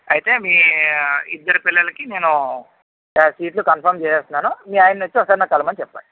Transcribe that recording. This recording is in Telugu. అయితే మీ ఇద్దరి పిల్లలకి నేను ఆ సీట్లు కన్ఫర్మ్ చేసేస్తున్నాను మీ ఆయన్ని వచ్చి ఒకసారి నన్ను కలవమని చెప్పండి